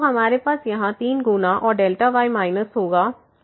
तो हमारे पास यहां 3 गुना और y माइनस होगा